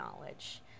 knowledge